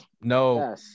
no